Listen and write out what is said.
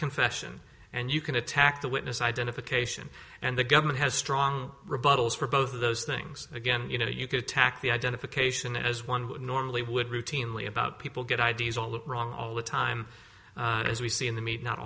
confession and you can attack the witness identification and the government has strong rebuttals for both of those things again you know you could attack the identification as one would normally would routinely about people get ideas all the wrong all the time as we see in the me not